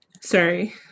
Sorry